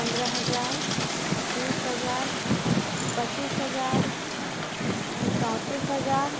पन्द्रह हजार बीस हजार पच्चीस हजार चौंतीस हजार